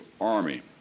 army